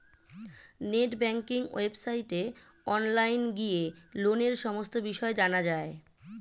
net banking ওয়েবসাইটে online গিয়ে লোনের সমস্ত বিষয় জানা যায়